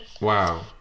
Wow